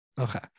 Okay